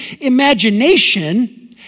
imagination